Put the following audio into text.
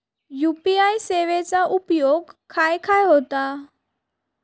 UPI सेवेचा उपयोग खाय खाय होता?